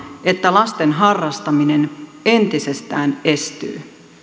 että lasten harrastaminen entisestään estyy